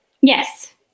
Yes